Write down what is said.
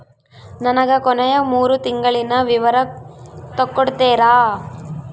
ನನಗ ಕೊನೆಯ ಮೂರು ತಿಂಗಳಿನ ವಿವರ ತಕ್ಕೊಡ್ತೇರಾ?